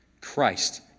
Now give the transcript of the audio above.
Christ